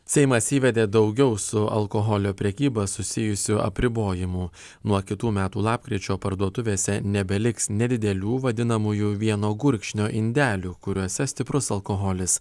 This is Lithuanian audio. seimas įvedė daugiau su alkoholio prekyba susijusių apribojimų nuo kitų metų lapkričio parduotuvėse nebeliks nedidelių vadinamųjų vieno gurkšnio indelių kuriuose stiprus alkoholis